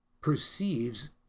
perceives